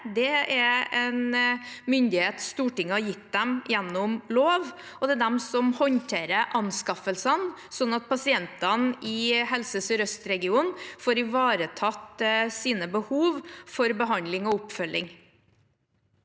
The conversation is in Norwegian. Det er en myndighet Stortinget har gitt dem gjennom lov, og det er de som håndterer anskaffelsene sånn at pasientene i Helse sørøst-regionen får ivaretatt sine behov for behandling og oppfølging.